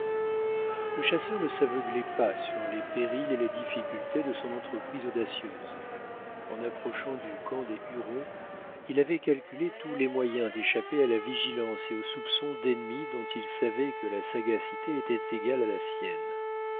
le chasseur ne s'aveuglait pas sur les périls et les difficultés de son entreprise audacieuse en approchant du camp des hurons il avait calculé tous les moyens d'échapper à la vigilance et aux soupçons d'ennemis dont il savait que la sagacité était égale à la sienne